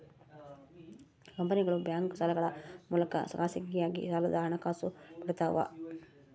ಕಂಪನಿಗಳು ಬ್ಯಾಂಕ್ ಸಾಲಗಳ ಮೂಲಕ ಖಾಸಗಿಯಾಗಿ ಸಾಲದ ಹಣಕಾಸು ಪಡಿತವ